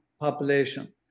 population